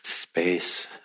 space